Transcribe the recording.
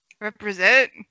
Represent